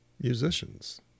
Musicians